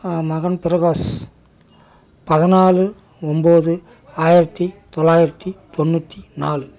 மகன் பிரகாஷ் பதினாலு ஒம்பது ஆயிரத்து தொள்ளாயிரத்து தொண்ணூற்றி நாலு